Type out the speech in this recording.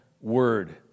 word